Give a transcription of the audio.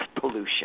pollution